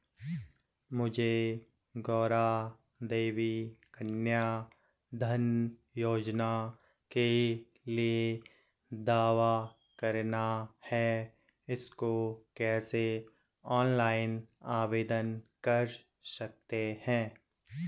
मुझे गौरा देवी कन्या धन योजना के लिए दावा करना है इसको कैसे ऑनलाइन आवेदन कर सकते हैं?